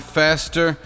faster